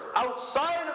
outside